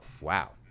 wow